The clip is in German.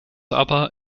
aber